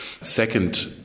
Second